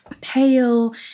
pale